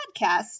podcast